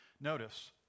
Notice